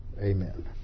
Amen